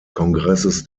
kongresses